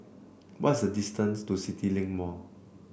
what is the distance to CityLink Mall